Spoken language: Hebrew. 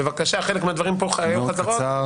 בבקשה חלק מהדברים פה היו חזרות,